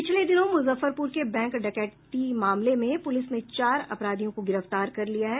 पिछले दिनों मूजफ्फरपूर के बैंक डकैती मामले में पूलिस ने चार अपराधियों को गिरफ्तार कर लिया है